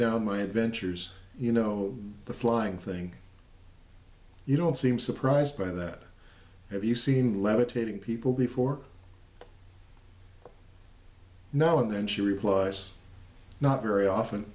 down my adventures you know the flying thing you don't seem surprised by that if you've seen levitating people before now and then she replies not very often